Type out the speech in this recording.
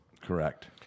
Correct